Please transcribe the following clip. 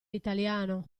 italiano